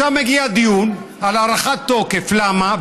עכשיו מגיע דיון על הארכת תוקף למה?